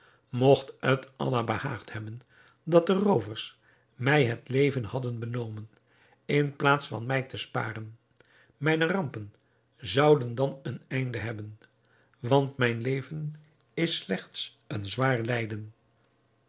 mogt het allah behaagd hebben dat de roovers mij het leven hadden benomen in plaats van mij te sparen mijne rampen zouden dan een einde hebben want mijn leven is slechts een zwaar lijden